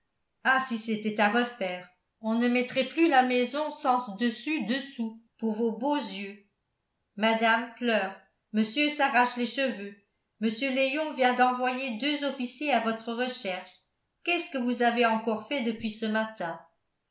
ah si c'était à refaire on ne mettrait plus la maison sens dessus dessous pour vos beaux yeux madame pleure monsieur s'arrache les cheveux mr léon vient d'envoyer deux officiers à votre recherche qu'est-ce que vous avez encore fait depuis ce matin